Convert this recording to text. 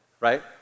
right